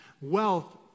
wealth